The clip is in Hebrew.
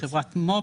בחברת מו"פ,